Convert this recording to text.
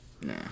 Nah